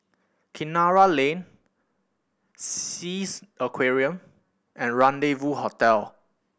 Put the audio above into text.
Kinara Lane Sea Aquarium and Rendezvous Hotel